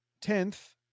Tenth